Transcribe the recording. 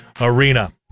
Arena